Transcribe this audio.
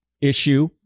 issue